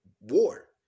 war